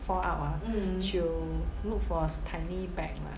fall out ah she will look for a tiny bag lah